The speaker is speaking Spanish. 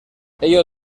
ello